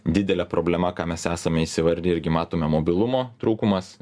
didelė problema ką mes esame įsivardiję irgi matome mobilumo trūkumas